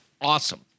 awesome